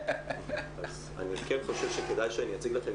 אז אני כן חושב שכדאי שאני אציג לכם,